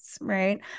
right